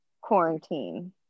quarantine